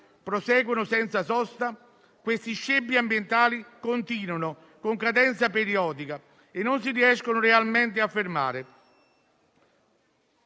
proseguono senza sosta questi scempi ambientali, continuano con cadenza periodica e non si riescono realmente a fermare.